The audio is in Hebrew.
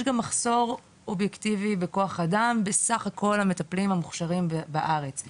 יש גם מחסור אובייקטיבי בכוח אדם בסך הכל המטפלים המוכשרים בארץ.